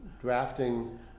drafting